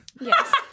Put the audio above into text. Yes